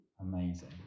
amazing